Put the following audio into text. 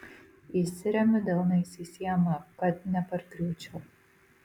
įsiremiu delnais į sieną kad nepargriūčiau